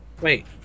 wait